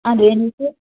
അതെ എനിക്ക്